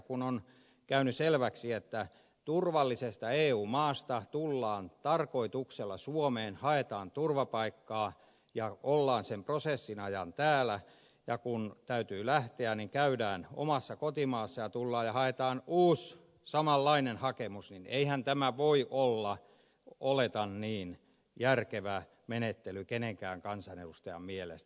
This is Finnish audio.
kun on käynyt selväksi että turvallisesta eu maasta tullaan tarkoituksella suomeen haetaan turvapaikkaa ja ollaan sen prosessin ajan täällä ja kun täytyy lähteä niin käydään omassa kotimaassa ja tullaan ja haetaan uusi samanlainen hakemus niin eihän tämä voi olla oletan niin järkevä menettely kenenkään kansanedustajan mielestä